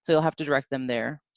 so you'll have to direct them there.